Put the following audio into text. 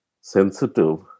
sensitive